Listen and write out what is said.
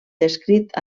descrit